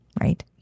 right